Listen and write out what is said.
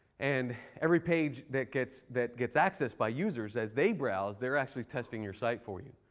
and every page that gets that gets accessed by users, as they browse, they're actually testing your site for you.